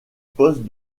postes